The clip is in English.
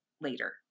later